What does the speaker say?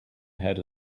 had